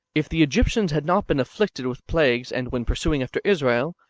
if the egyptians had not been afflicted with plagues, and, when pursuing after israel,